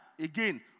again